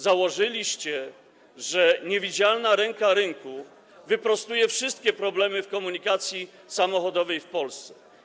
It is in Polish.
Założyliście, że niewidzialna ręka rynku wyprostuje wszystkie problemy w komunikacji samochodowej w Polsce.